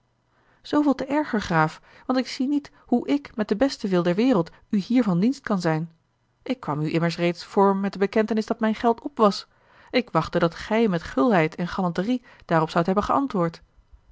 zooveel te erger graaf want ik zie niet hoe ik met den besten wil der wereld u hier van dienst kan zijn ik kwam u immers reeds voor met de bekentenis dat mijn geld op was ik wachtte dat gij met gulheid en galanterie daarop zoudt hebben geantwoord